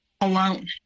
alone